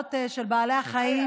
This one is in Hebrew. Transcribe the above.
השערות של בעלי החיים,